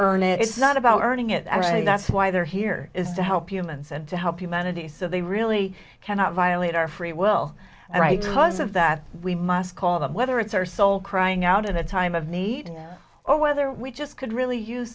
earn it it's not about earning it and i think that's why they're here is to help humans and to help humanity so they really cannot violate our free will and rights laws of that we must call them whether it's our soul crying out in a time of need or whether we just could really use